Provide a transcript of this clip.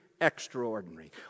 extraordinary